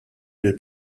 lill